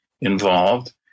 involved